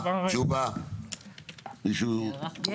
הערה חשובה.